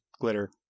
Glitter